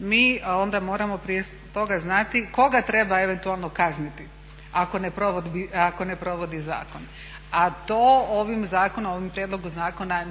mi onda moramo prije toga znati koga treba eventualno kazniti ako ne provodi zakon, a to ovim zakonom, ovim prijedlogom zakona